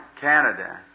Canada